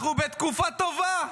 אנחנו בתקופה טובה.